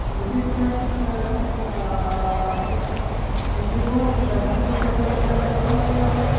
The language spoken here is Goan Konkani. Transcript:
म्हणटरीत तीं आतां एक आमचे दोन फुटांची बी गजाल जाल्यार आमी ती